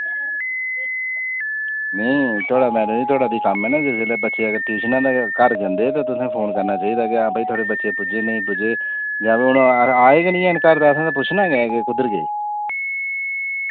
नेईं थुआढ़ा मैडम जी थुआढ़ा फ्ही कम्म ऐ ना फ्ही जिल्लै बच्चे अगर ट्यूशन दा गै घर जन्दे ते तुसें फोन करना चाहिदा कि हां भाई थुआढ़े बच्चे पुज्जे नेईं पुज्जे जां फिर हून आ आए गै नि हैन घर असें ते पुछना गै कि कुद्धर गे